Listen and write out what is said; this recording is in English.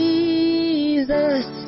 Jesus